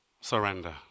surrender